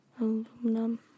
Aluminum